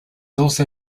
also